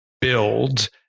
build